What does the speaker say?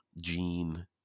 Gene